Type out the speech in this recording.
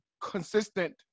consistent